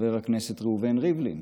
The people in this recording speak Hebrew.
חבר הכנסת ראובן ריבלין,